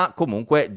comunque